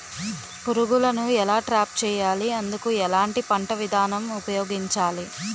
పురుగులను ఎలా ట్రాప్ చేయాలి? అందుకు ఎలాంటి పంట విధానం ఉపయోగించాలీ?